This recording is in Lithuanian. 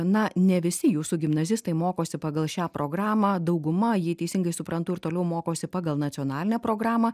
na ne visi jūsų gimnazistai mokosi pagal šią programą dauguma jei teisingai suprantu ir toliau mokosi pagal nacionalinę programą